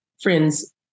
friends